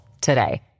today